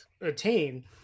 attain